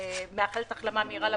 ומאחלת החלמה מהירה לפצועים,